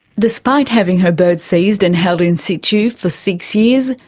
despite having her birds seized and held in situ for six years,